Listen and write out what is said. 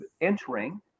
entering